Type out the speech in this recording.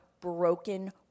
broken